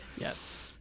Yes